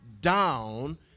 down